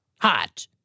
Hot